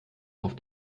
auf